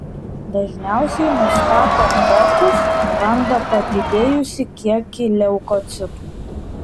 dažniausiai nustato kokus randa padidėjusį kiekį leukocitų